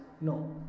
No